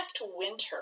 Winter